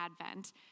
advent